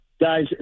Guys